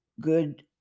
Good